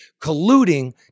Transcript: colluding